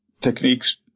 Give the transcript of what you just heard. techniques